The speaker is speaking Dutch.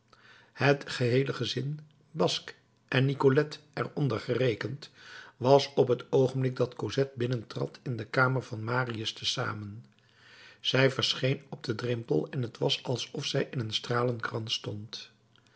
het geheele gezin basque en nicolette er onder gerekend was op het oogenblik dat cosette binnentrad in de kamer van marius te zamen zij verscheen op den drempel en t was alsof zij in een stralenkrans stond